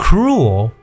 Cruel